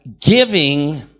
giving